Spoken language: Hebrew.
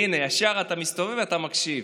הינה, ישר אתה מסתובב ואתה מקשיב.